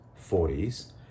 40s